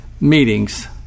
meetings